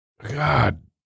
God